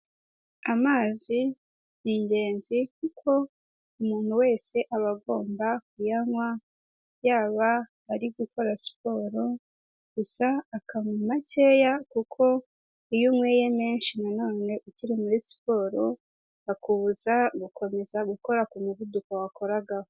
Amazi ni ingenzi kuko umuntu wese aba agomba kuyanywa, yaba ari gukora siporo, gusa akaba makeya kuko iyo unyweye menshi nanone ukiri muri siporo akubuza gukomeza gukora k'umuvuduko wakoragaho.